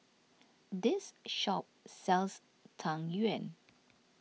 this shop sells Tang Yuen